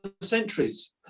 centuries